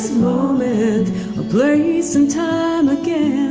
moment or place and time again